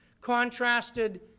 contrasted